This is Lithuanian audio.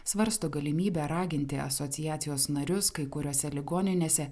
svarsto galimybę raginti asociacijos narius kai kuriose ligoninėse